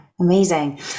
amazing